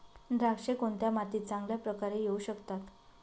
द्राक्षे कोणत्या मातीत चांगल्या प्रकारे येऊ शकतात?